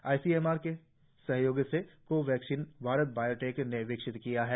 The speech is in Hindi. आईसीएमआर के सहयोग से को वैक्सीन भारत बायोटैक ने विकसित की है